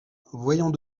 voyons